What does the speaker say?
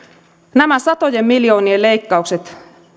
nämä satojen miljoonien leikkaukset